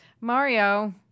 Mario